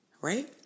right